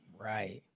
Right